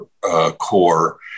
core